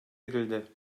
edildi